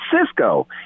Cisco